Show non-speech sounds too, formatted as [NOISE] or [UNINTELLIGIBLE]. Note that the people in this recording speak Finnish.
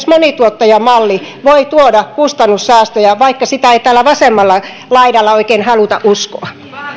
[UNINTELLIGIBLE] monituottajamalli voi tuoda kustannussäästöjä vaikka sitä ei tällä vasemmalla laidalla oikein haluta uskoa